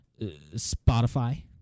Spotify